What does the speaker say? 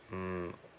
mm